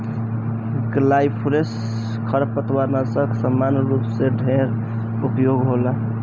glyphosate खरपतवारनाशक सामान्य रूप से ढेर उपयोग होला